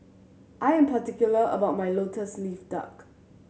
I am particular about my Lotus Leaf Duck